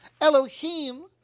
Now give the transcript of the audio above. Elohim